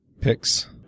picks